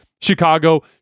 Chicago